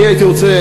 נכון.